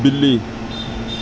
ਬਿੱਲੀ